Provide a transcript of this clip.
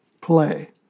play